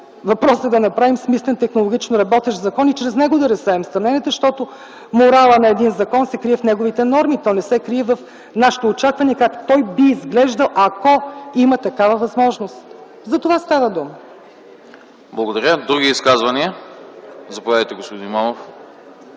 Въпросът е да направим смислен технологично работещ закон и чрез него да разсеем съмненията, защото моралът на един закон се крие в неговите норми, той не се крие в нашите очаквания: как той би изглеждал, ако има такава възможност! За това става дума. ПРЕДСЕДАТЕЛ АНАСТАС АНАСТАСОВ: Други изказвания? Заповядайте, господин Имамов.